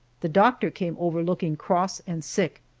the doctor came over looking cross and sick.